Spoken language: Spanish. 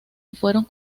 fueron